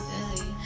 Billy